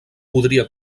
podria